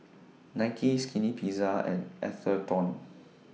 Nike Skinny Pizza and Atherton